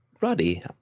Ruddy